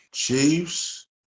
Chiefs